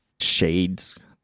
shades